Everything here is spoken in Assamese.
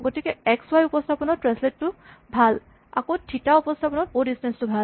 গতিকে এক্স ৱাই উপস্হাপনত ট্ৰেন্সলেট টো ভাল আকৌ আৰ থিতা উপস্হাপনত অ' ডিচটেন্স টো কৰিবলৈ ভাল